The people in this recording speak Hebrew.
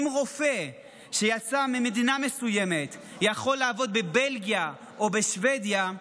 אם רופא שיצא ממדינה מסוימת יכול לעבוד בבלגיה או בשבדיה,